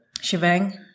Shebang